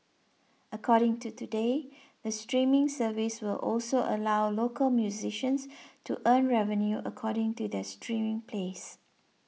according to today the streaming service will also allow local musicians to earn revenue according to their streaming plays